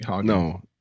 No